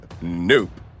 Nope